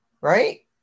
right